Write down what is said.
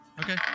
Okay